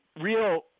real